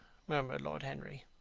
murmured lord henry,